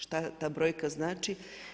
Šta ta brojka znači?